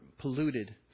polluted